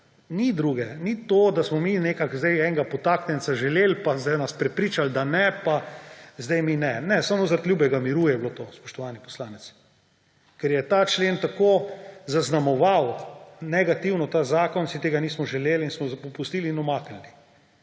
Ni druge. Ni to, da smo mi nekako nekega podtaknjenca želeli in ste nas prepričali, da ne; in zdaj mi ne. Ne, samo zaradi ljubega miru je bilo to, spoštovani poslanec. Ker je ta člen tako negativno zaznamoval ta zakon, si tega nismo želeli in smo popustili in umaknili.